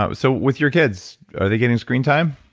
ah so with your kids, are they getting screen time?